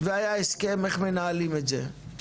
והיה הסכם איך מנהלים את זה.